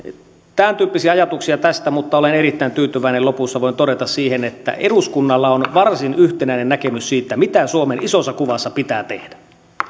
tämäntyyppisiä ajatuksia tästä mutta olen erittäin tyytyväinen lopussa voin todeta että eduskunnalla on varsin yhtenäinen näkemys siitä mitä suomen isossa kuvassa pitää tehdä